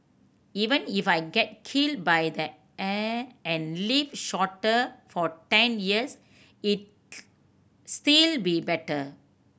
even if I get killed by the air and live shorter for ten years it still be better